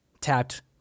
tapped